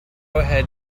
ahead